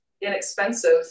inexpensive